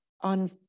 on